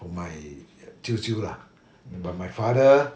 for my 舅舅 lah but my father